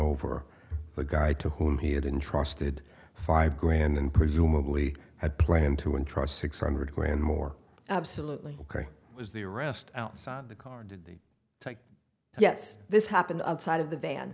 over the guy to whom he had intrusted five grand and presumably had planned to entrust six hundred grand more absolutely ok was the arrest outside the car yes this happened outside of the van